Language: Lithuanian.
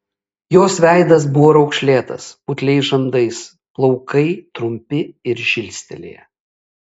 jos veidas buvo raukšlėtas putliais žandais plaukai trumpi ir žilstelėję